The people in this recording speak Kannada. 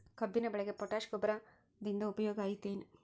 ಕಬ್ಬಿನ ಬೆಳೆಗೆ ಪೋಟ್ಯಾಶ ಗೊಬ್ಬರದಿಂದ ಉಪಯೋಗ ಐತಿ ಏನ್?